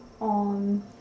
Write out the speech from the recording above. on